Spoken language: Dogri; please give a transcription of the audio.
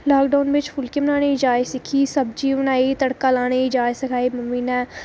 लाकडाऊन बिच फुल्के बनाने दी जाच सिक्खी सब्जी बनाई तड़का लाने दी जाच सिक्खी मम्मी नै